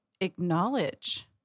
acknowledge